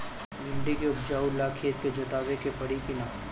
भिंदी के उपजाव ला खेत के जोतावे के परी कि ना?